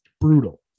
brutal